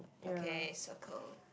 okay circle